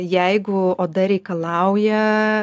jeigu oda reikalauja